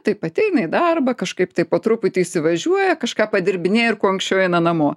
taip ateina į darbą kažkaip taip po truputį įsivažiuoja kažką padirbinėja ir kuo anksčiau eina namo